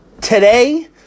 today